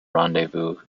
rendezvous